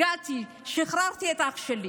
הגעתי, שחררתי את אח שלי,